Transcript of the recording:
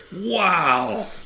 Wow